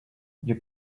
you